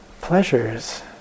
pleasures